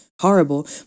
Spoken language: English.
horrible